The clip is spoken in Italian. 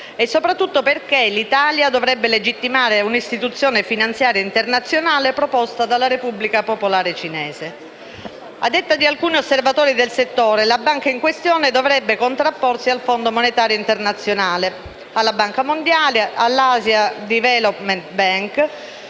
e soprattutto perché dovrebbe legittimare una istituzione finanziaria internazionale proposta dalla Repubblica popolare cinese. A detta di alcuni osservatori del settore, la banca in questione dovrebbe contrapporsi al Fondo monetario internazionale, alla Banca mondiale, all'Asian development bank,